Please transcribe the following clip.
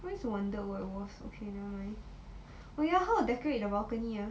always wondered what it was okay nevermind oh ya how to decorate the balcony ah